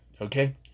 okay